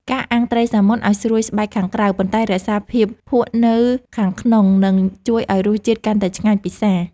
ការអាំងត្រីសាម៉ុនឱ្យស្រួយស្បែកខាងក្រៅប៉ុន្តែរក្សាភាពភក់នៅខាងក្នុងនឹងជួយឱ្យរសជាតិកាន់តែឆ្ងាញ់ពិសា។